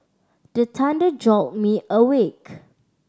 the thunder jolt me awake